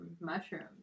mushrooms